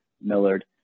millard